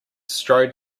strode